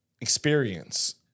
experience